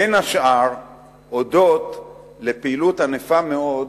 בין השאר הודות לפעילות ענפה מאוד,